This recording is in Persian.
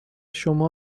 شما